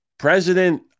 President